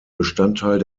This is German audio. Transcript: bestandteil